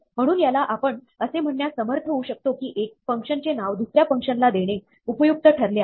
म्हणून याला आपण असे म्हणण्यास समर्थ होऊ शकतो की एक फंक्शनचे नाव दुसऱ्या फंक्शनला देणे उपयुक्त ठरले आहे